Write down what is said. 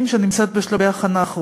2. כמה מוכרים הורשעו בשנים האחרונות?